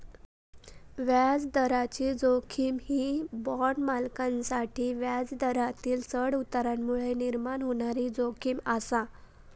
व्याजदराची जोखीम ही बाँड मालकांसाठी व्याजदरातील चढउतारांमुळे निर्माण होणारी जोखीम आसा